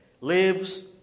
lives